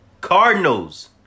Cardinals